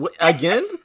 again